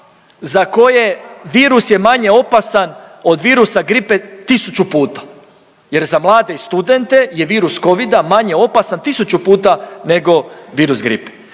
za koje virus je manje opasan od virusa gripe tisuću puta jer za mlade i studente je virus Covida manje opasan tisuću puta nego virus gripe.